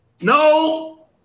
no